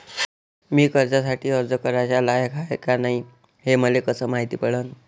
मी कर्जासाठी अर्ज कराचा लायक हाय का नाय हे मले कसं मायती पडन?